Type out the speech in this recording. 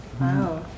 Wow